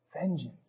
vengeance